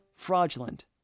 fraudulent